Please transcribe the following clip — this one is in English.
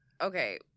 Okay